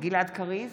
גלעד קריב,